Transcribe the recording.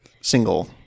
single